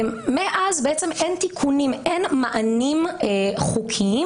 מאז אין תיקונים ואין מענים חוקיים